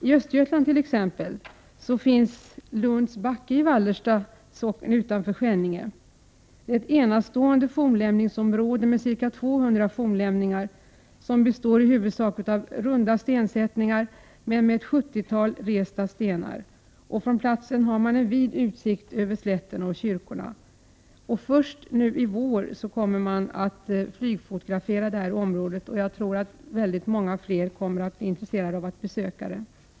I Östergötland t.ex. har vi Lunds backe i Vallerstads socken utanför Skänninge — ett enastående fornlämningsområde med ca 200 fornlämningar. I huvudsak rör det sig om runda stensättningar. Men det finns också ett sjuttiotal resta stenar. Från platsen har man en vid utsikt över slätten och kyrkorna. Först nu i vår skall området flygfotograferas. Jag tror att det då blir ännu fler som kommer att vara intresserade av att besöka platsen.